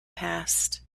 past